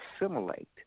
assimilate